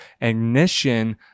Ignition